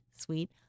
sweet